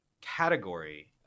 category